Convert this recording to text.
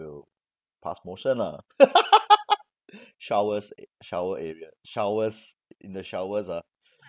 will pass motion lah showers shower area showers in the showers ah